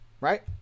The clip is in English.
right